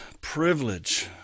privilege